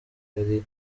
ari